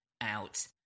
out